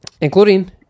including